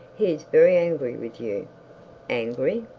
he is very angry with you angry!